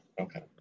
okay